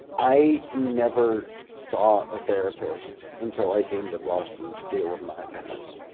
i never saw a therapist until i came to boston to deal with my past.